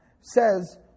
says